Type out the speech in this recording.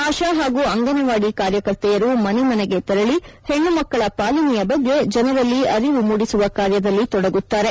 ಆಶಾ ಹಾಗೂ ಅಂಗನವಾದಿ ಕಾರ್ಯಕರ್ತೆಯರು ಮನೆ ಮನೆಗೆ ತೆರಳಿ ಹೆಣ್ಣುಮಕ್ಕಳ ಪಾಲನೆಯ ಬಗ್ಗೆ ಜನರಲ್ಲಿ ಅರಿವು ಮೂದಿಸುವ ಕಾರ್ಯದಲ್ಲಿ ತೊಡಗುತ್ತಾರೆ